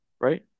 right